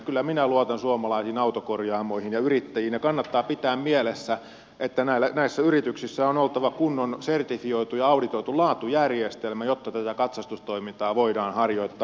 kyllä minä luotan suomalaisiin autokorjaamoihin ja yrittäjiin ja kannattaa pitää mielessä että näissä yrityksissä on oltava kunnon sertifioitu ja auditoitu laatujärjestelmä jotta tätä katsastustoimintaa voidaan harjoittaa